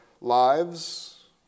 lives